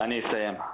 אני אסיים.